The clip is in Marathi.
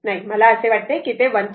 तेव्हा मला असे वाटते की ते 1